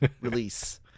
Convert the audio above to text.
release